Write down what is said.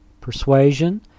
persuasion